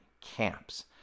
camps